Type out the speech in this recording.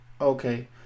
okay